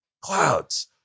clouds